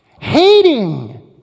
hating